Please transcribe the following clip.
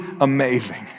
amazing